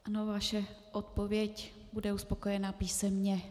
Ano, vaše odpověď bude uspokojena písemně.